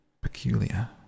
Peculiar